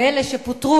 ואלה שפוטרו,